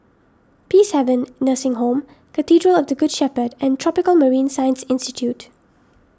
Peacehaven Nursing Home Cathedral of the Good Shepherd and Tropical Marine Science Institute